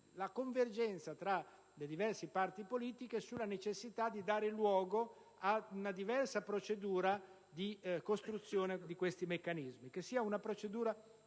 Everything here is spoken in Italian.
l'accordo tra le diverse parti politiche sulla necessità di dare luogo ad una differente procedura di costruzione di questi meccanismi, che sia partecipata